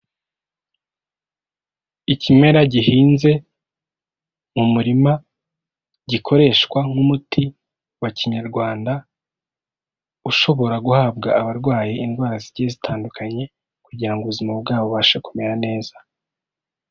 Ikimera gihinze mu murima gikoreshwa nk'umuti wa kinyarwanda, ushobora guhabwa abarwaye indwara zigiye zitandukanye kugira ngo ubuzima bwabo bubashe kumera neza.